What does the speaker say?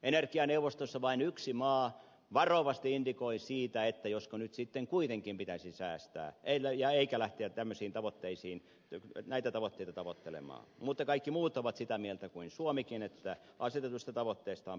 energianeuvostossa vain yksi maa varovasti indikoi sitä että josko nyt sitten kuitenkin pitäisi säästää eikä lähteä näitä tavoitteita tavoittelemaan mutta kaikki muut ovat sitä mieltä kuin suomikin että asetetuista tavoitteista on pidettävä kiinni